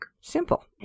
Simple